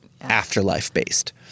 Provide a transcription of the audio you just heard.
afterlife-based